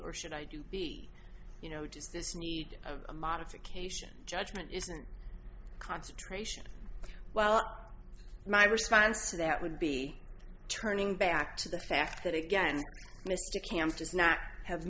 or should i do b you know does this need a modification judgment isn't concentration well my response to that would be turning back to the fact that again mr camp does not have